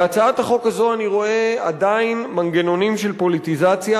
בהצעת החוק הזו אני רואה עדיין מנגנונים של פוליטיזציה,